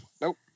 nope